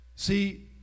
See